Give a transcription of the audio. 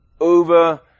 over